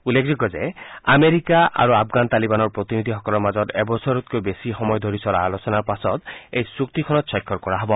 উল্লেখযোগ্য যে আমেৰিকা আৰু আফগান তালিবানৰ প্ৰতিনিধি সকলৰ মাজত এবছৰতকৈ বেছি সময় ধৰি চলা আলোচনাৰ পাছত এই চুক্তিখনত স্বাক্ষৰ কৰা হ'ব